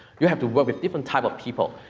you have to work with different type of people.